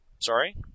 Sorry